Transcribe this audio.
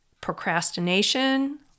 procrastination